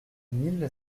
mille